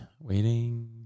Waiting